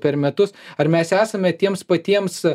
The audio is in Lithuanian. per metus ar mes esame tiems patiems